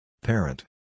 Parent